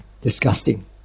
Disgusting